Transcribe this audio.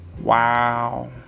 Wow